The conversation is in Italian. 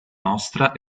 nostra